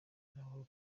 nabo